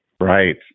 Right